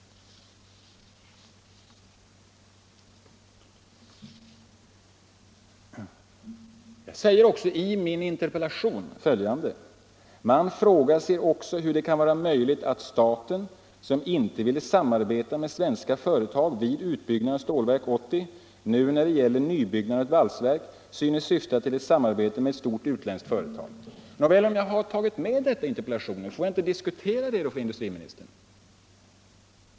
Jag har i min interpellation anfört följande: ”Man frågar sig också hur det kan vara möjligt att staten, som inte ville samarbeta med svenska företag vid utbyggnaden av Stålverk 80, nu när det gäller nybyggnaden av ett valsverk synes syfta till ett samarbete med ett stort utländskt företag.” Om jag har tagit med detta i interpellationen, får jag då inte diskutera det för industriministern?